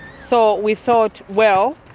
so we thought, well,